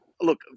Look